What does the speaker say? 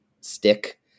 stick